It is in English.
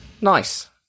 nice